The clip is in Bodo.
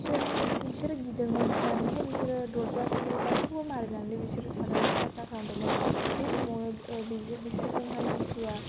बिसोर गिदोंमोन आरो गिनानैहाय बिसोरो दरजा गासिखौबो मारिनानै बिसोरो थादोंमोन प्रार्थना खालामदोंमोन बे समावनो बिसोरजोंहाय जिसुआ